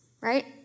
right